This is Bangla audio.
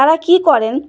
তারা কী করেন